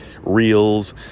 Reels